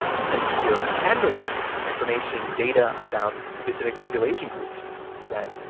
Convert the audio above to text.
the census bureau can release information data about specific population groups that,